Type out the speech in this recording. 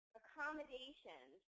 accommodations